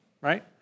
right